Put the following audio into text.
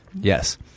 Yes